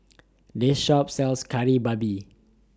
This Shop sells Kari Babi